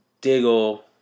Diggle